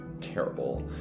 terrible